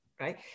right